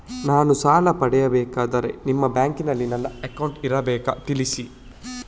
ನಾನು ಸಾಲ ಪಡೆಯಬೇಕಾದರೆ ನಿಮ್ಮ ಬ್ಯಾಂಕಿನಲ್ಲಿ ನನ್ನ ಅಕೌಂಟ್ ಇರಬೇಕಾ ತಿಳಿಸಿ?